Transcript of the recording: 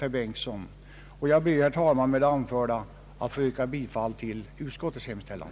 Jag ber, herr talman, med det anförda att få yrka bifall till reservationen.